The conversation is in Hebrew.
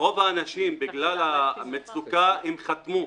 רוב האנשים בגלל המצוקה חתמו.